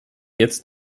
jetzt